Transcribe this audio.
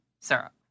syrup